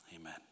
amen